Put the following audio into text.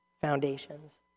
foundations